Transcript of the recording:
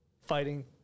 Fighting